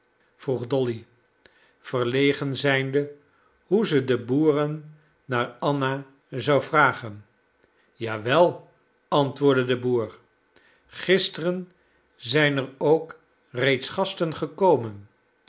vroeg dolly verlegen zijnde hoe ze de boeren naar anna zou vragen ja wel antwoordde de boer gisteren zijn er ook reeds gasten gekomen